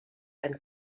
and